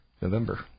November